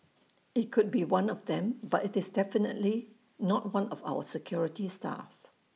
IT could be one of them but it's definitely not one of our security staff